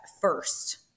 first